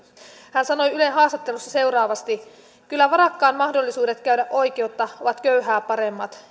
hän sanoi ylen haastattelussa seuraavasti kyllä varakkaan mahdollisuudet käydä oikeutta ovat köyhää paremmat